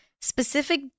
specific